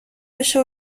بشه